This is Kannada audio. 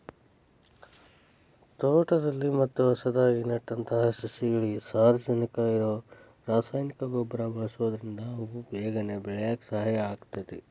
ತೋಟದಲ್ಲಿ ಮತ್ತ ಹೊಸದಾಗಿ ನೆಟ್ಟಂತ ಸಸಿಗಳಿಗೆ ಸಾರಜನಕ ಇರೋ ರಾಸಾಯನಿಕ ಗೊಬ್ಬರ ಬಳ್ಸೋದ್ರಿಂದ ಅವು ಬೇಗನೆ ಬೆಳ್ಯಾಕ ಸಹಾಯ ಆಗ್ತೇತಿ